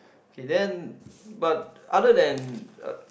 K then but other than uh